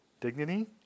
dignity